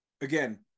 Again